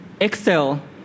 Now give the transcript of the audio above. excel